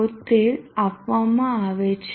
72 આપવામાં આવે છે